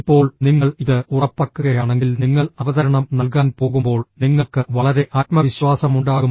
ഇപ്പോൾ നിങ്ങൾ ഇത് ഉറപ്പാക്കുകയാണെങ്കിൽ നിങ്ങൾ അവതരണം നൽകാൻ പോകുമ്പോൾ നിങ്ങൾക്ക് വളരെ ആത്മവിശ്വാസമുണ്ടാകും